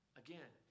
again